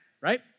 Right